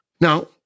Now